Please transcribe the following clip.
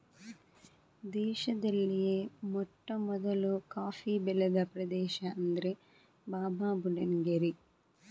ದೇಶದಲ್ಲಿಯೇ ಮೊಟ್ಟಮೊದಲು ಕಾಫಿ ಬೆಳೆದ ಪ್ರದೇಶ ಅಂದ್ರೆ ಬಾಬಾಬುಡನ್ ಗಿರಿ